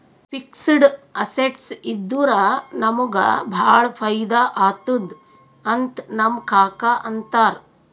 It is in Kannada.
ಫಿಕ್ಸಡ್ ಅಸೆಟ್ಸ್ ಇದ್ದುರ ನಮುಗ ಭಾಳ ಫೈದಾ ಆತ್ತುದ್ ಅಂತ್ ನಮ್ ಕಾಕಾ ಅಂತಾರ್